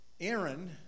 Aaron